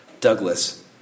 Douglas